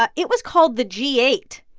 but it was called the g eight,